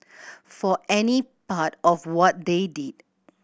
for any part of what they did